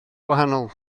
wahanol